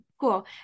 Cool